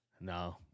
No